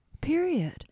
Period